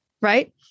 Right